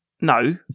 No